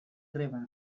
greba